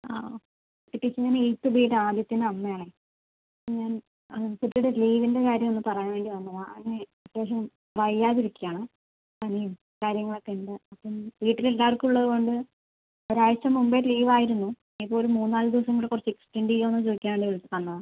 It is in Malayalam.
ആ ടീച്ചർ ഞാൻ എയ്റ്റ്ത് ബിയിലെ ആദിത്യൻ്റെ അമ്മ ആണെ ആ ഞാൻ കുട്ടീടെ ലീവിൻ്റെ കാര്യം ഒന്ന് പറയാൻ വേണ്ടി വന്നതാ അവന് ഒരു വയ്യാതിരിക്കുകയാണ് ആണ് പനിയും കാര്യങ്ങൾ ഒക്കെ ഉണ്ട് അപ്പം വീട്ടിൽ എല്ലാവർക്കും ഉള്ളത് കൊണ്ട് ഒരാഴ്ച്ച മുമ്പേ ലീവ് ആയിരുന്നു ഇപ്പോൾ ഒരു മൂന്നാല് ദിവസം കൂടെ കുറച്ച് എക്സ്റ്റെൻഡ് ചെയ്യുമോന്ന് ചോദിക്കാന് വന്നതാ